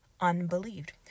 unbelieved